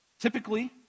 Typically